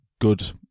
good